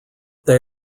they